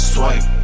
Swipe